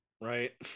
Right